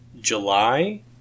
July